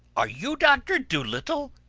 are you doctor dolittle?